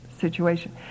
situation